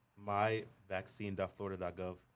myvaccine.florida.gov